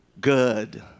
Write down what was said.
good